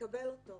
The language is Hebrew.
תקבל אותו.